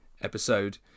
episode